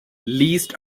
least